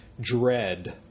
dread